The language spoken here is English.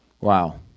Wow